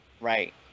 right